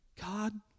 God